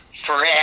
Forever